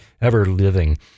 ever-living